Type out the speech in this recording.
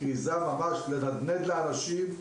ממש לנדנד לאנשים,